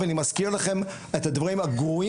ואני מזכיר לכם את הדברים הגרועים